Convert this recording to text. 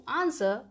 answer